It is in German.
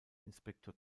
inspektor